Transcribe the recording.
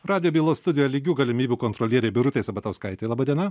radijo bylos studijo lygių galimybių kontrolierė birutė sabatauskaitė laba diena